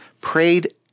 Prayed